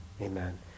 Amen